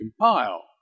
compile